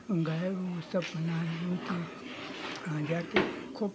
गायब वो सब अपना धोके वहाँ जा के खूब